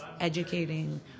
educating